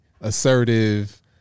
assertive